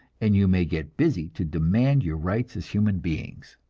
and you may get busy to demand your rights as human beings.